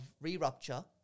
re-rupture